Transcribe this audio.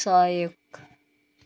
सहयोग